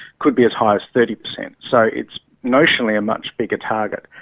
could be as high as thirty percent, so it's notionally a much bigger target.